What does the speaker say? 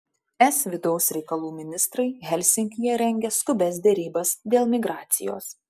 es vidaus reikalų ministrai helsinkyje rengia skubias derybas dėl migracijos